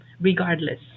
regardless